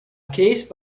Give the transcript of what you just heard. case